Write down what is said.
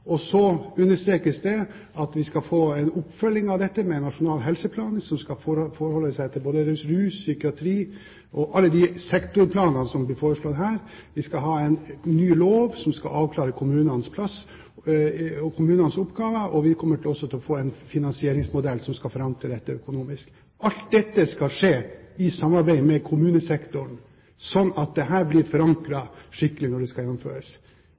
prioriteringer. Så understrekes det at vi skal få en oppfølging av dette med en nasjonal helseplan, som skal forholde seg til både rus, psykiatri og alle de sektorplanene som vi foreslår her. Vi skal få en ny lov som skal avklare kommunenes plass og kommunenes oppgaver. Vi kommer også til å få en finansieringsmodell som skal forankre dette økonomisk. Alt dette skal skje i samarbeid med kommunesektoren, slik at det blir forankret skikkelig når det skal gjennomføres.